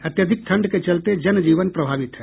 अत्यधिक ठंड के चलते जन जीवन प्रभावित है